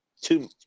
Two